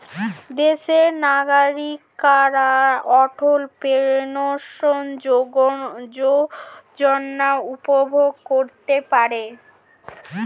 দেশের নাগরিকরা অটল পেনশন যোজনা উপভোগ করতে পারেন